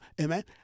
amen